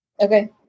Okay